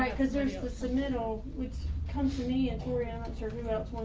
like because there's the submittal, which comes to me and toriana, certainly about